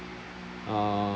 uh